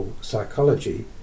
psychology